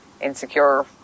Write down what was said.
insecure